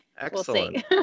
excellent